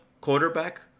quarterback